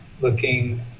looking